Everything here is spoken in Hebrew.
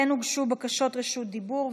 כן הוגשו בקשות רשות דיבור.